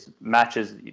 matches